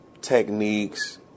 techniques